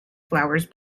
flowers